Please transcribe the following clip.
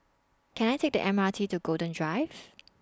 Can I Take The M R T to Golden Drive